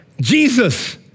Jesus